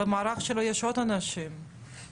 ברגע שיורדת הוראה מלמעלה זה גורם לאנשים לסתום את הפה